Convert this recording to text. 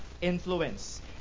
influence